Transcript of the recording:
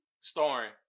starring